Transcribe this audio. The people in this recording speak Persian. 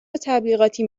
تبلیغاتی